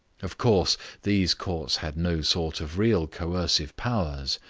of course these courts had no sort of real coercive powers.